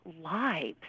lives